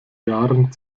jahren